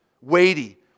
weighty